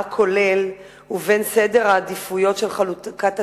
הכולל ובין סדר העדיפויות של חלוקת התקציב,